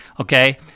Okay